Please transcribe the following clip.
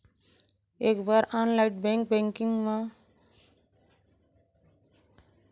एक बार online net banking म पंजीयन होए के बाद म लागिन आईडी अउ पासवर्ड अपन हिसाब ले बदल सकत हे मनसे ह